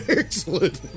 excellent